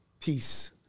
peace